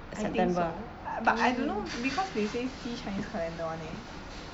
I think so but I don't know because they say see chinese calendar [one] leh